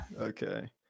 okay